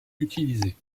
utilisé